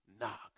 knock